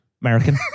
American